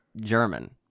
German